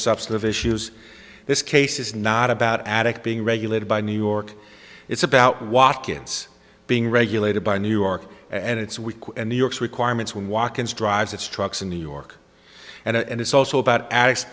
substantive issues this case is not about addict being regulated by new york it's about watkins being regulated by new york and it's week when new york's requirements when walk ins drives its trucks in new york and it's also about